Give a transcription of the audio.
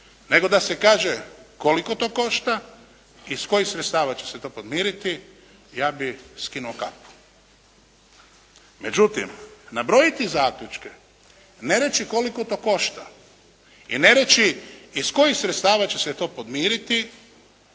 nego da se kaže koliko to košta i iz kojih sredstava će se to podmiriti ja bih skinuo kapu. Međutim, nabrojiti zaključke i ne reći koliko to košta i ne reći iz kojih sredstava će se to podmiriti